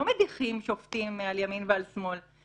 לא מדיחים שופטים על ימין ועל שמאל,